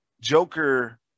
Joker